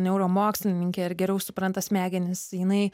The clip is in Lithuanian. neuromokslininkė ir geriau supranta smegenis jinai